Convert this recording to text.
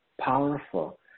powerful